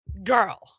Girl